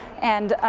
and